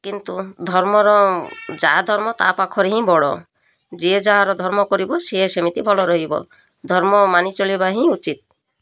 କିନ୍ତୁ ଧର୍ମର ଯାହା ଧର୍ମ ତା ପାଖରେ ହିଁ ବଡ଼ ଯିଏ ଯାହାର ଧର୍ମ କରିବ ସିଏ ସେମିତି ବଡ଼ ରହିବ ଧର୍ମ ମାନି ଚଳିବା ହିଁ ଉଚିତ